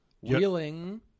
wheeling